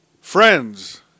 Friends